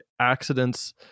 accidents